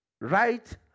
right